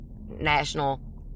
national